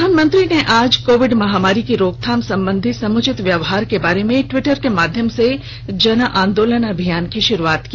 प्रधानमंत्री नरेन्द्र मोदी ने आज कोविड महामारी की रोकथाम संबंधी समुचित व्यवहार के बारे में ट्वीटर के माध्यम से जन आंदोलन अभियान का श्भारम्भ किया